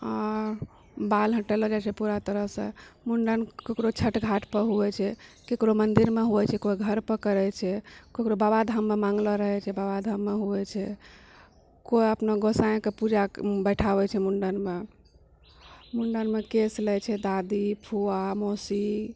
आँ बाल हटय ला जाइ छै पूरा तरहसँ मुण्डन ककरो छठ घाट पर होइ छै ककरो मन्दिरमे होइ छै कोइ घर पर करै छै ककरो बाबा धाममे माँनले रहे छै बाबा धाममे होइ छै कोइ अपना गोसाईंके पूजा बैठाबै छै मुण्डनमे मुण्डनमे केश लैछै दादी फूआ मौसी